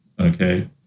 okay